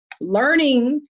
learning